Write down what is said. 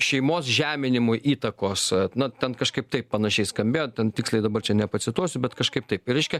šeimos žeminimui įtakos na ten kažkaip taip panašiai skambėjo ten tiksliai dabar čia nepacituosiu bet kažkaip taip reiškia